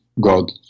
God